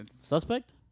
suspect